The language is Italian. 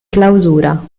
clausura